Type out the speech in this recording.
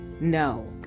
No